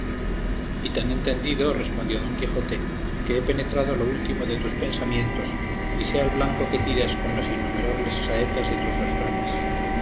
y tan entendido respondió don quijote que he penetrado lo último de tus pensamientos y sé al blanco que tiras con las inumerables saetas de tus refranes